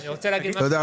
תודה.